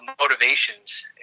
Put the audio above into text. motivations